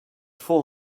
four